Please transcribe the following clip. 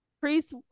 Priest